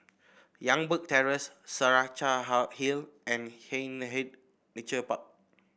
Youngberg Terrace Saraca How Hill and Hindhede Nature Park